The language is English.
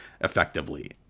effectively